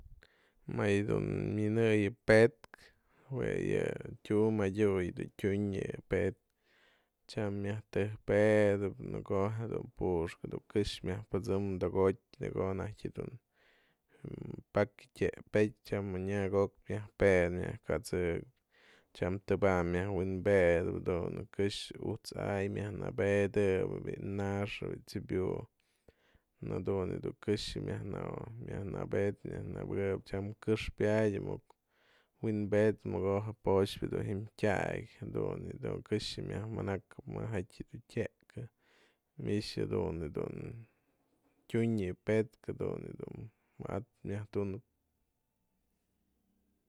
Më yë dun minëyen yë pe'etkë jue yë tyum, madyu yë dun tyun yë pe'etkë, tyam myajk tëjk petëp në ko'o jedun puxkë dun këxë myaj pëtsem to'okotyë, në ko'o dun pakia tyekpëty tyam oynako'otë myaj pedëk myaj kasëk, tyam tëbam myaj wi'inpedëp këxë ujt's ay myaj nëbedëb, bi'i na'ax, bi'i t'sëbiu, jadun yë dun këxyë myaj në myaj nëbed myaj nëbëkëp tyam këxpyadë wi'inpedpë në ko'o po'oxpë dun ji'im tyakë jadun yë dun këxë myaj manakap majatyë dun tyekë mi'ix jadun yë dun tyun yë dun pe'etkë jadun yë dun myajtunëp.